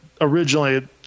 originally